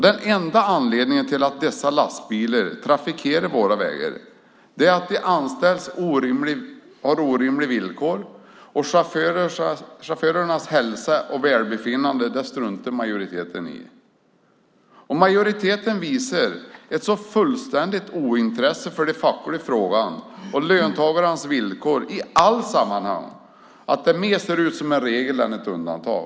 Den enda anledningen till att dessa lastbilar trafikerar våra vägar är att de anställda har orimliga villkor. Chaufförernas hälsa och välbefinnande struntar majoriteten i. Majoriteten visar ett sådant fullständigt ointresse för de fackliga frågorna och löntagarnas villkor i alla sammanhang att det mer ser ut som en regel än ett undantag.